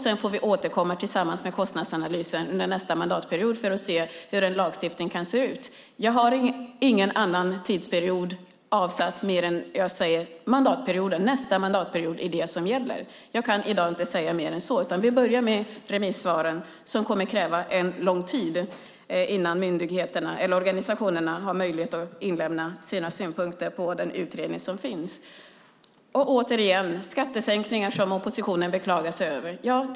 Sedan får vi återkomma med kostnadsanalysen under nästa mandatperiod för att se hur en lagstiftning kan se ut. I fråga om tiden kan jag bara säga att det är nästa mandatperiod som gäller. Jag kan i dag inte säga mer än så. Vi börjar med remissvaren. Det kommer att krävas en lång tid innan organisationerna har möjlighet att inlämna sina synpunkter på den utredning som finns. Återigen: Oppositionen beklagar sig över skattesänkningarna.